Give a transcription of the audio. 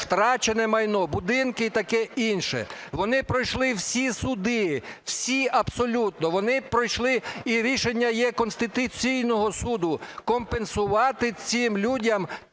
втрачене майно: будинки і таке інше. Вони пройшли всі суди, всі абсолютно. Вони пройшли, і рішення є Конституційного Суду компенсувати цим людям